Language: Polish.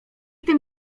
tym